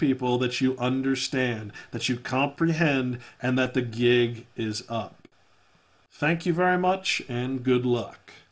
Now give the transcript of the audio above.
people that you understand that you comprehend and that the gig is up thank you very much and good luck